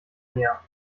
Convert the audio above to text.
mehr